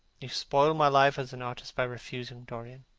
you spoil my life as an artist by refusing, dorian.